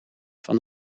van